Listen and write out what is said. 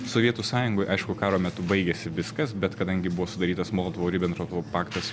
sovietų sąjungoj aišku karo metu baigėsi viskas bet kadangi buvo sudarytas molotovo ribentropo paktas